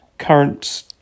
current